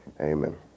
Amen